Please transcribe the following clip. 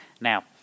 Now